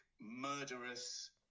murderous